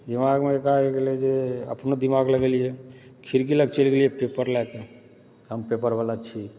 दिमागमे एकाएक एलय जे अपनो दिमाग लगेलिए खिड़की लग चलि गेलियै पेपर लयकऽ हम पेपर वाला छी